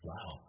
Wow